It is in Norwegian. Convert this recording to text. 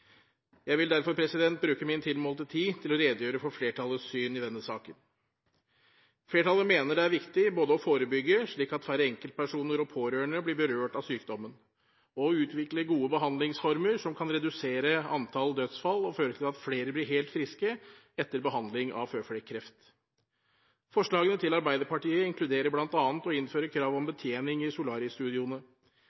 Jeg vil derfor bruke min tilmålte tid til å redegjøre for flertallets syn i denne saken. Flertallet mener det er viktig både å forebygge, slik at færre enkeltpersoner og pårørende blir berørt av sykdommen, og å utvikle gode behandlingsformer som kan redusere antallet dødsfall og føre til at flere blir helt friske etter behandling av føflekkreft. Forslagene til Arbeiderpartiet inkluderer bl.a. å innføre krav om